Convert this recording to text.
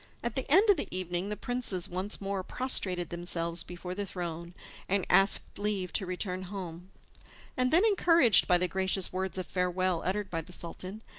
at the end of the evening the princes once more prostrated themselves before the throne and asked leave to return home and then, encouraged by the gracious words of farewell uttered by the sultan,